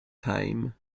time